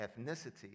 ethnicity